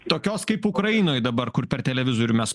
tokios kaip ukrainoj dabar kur per televizorių mes